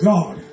God